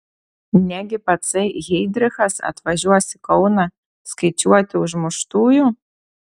negi patsai heidrichas atvažiuos į kauną skaičiuoti užmuštųjų